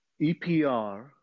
EPR